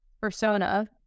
persona